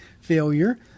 failure